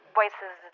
voices